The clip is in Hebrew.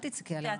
אל תצעקי עליה רק,